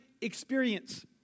experience